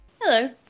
Hello